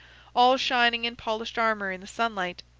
all shining in polished armour in the sunlight,